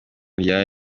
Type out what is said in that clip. rya